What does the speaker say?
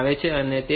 તેથી આ 5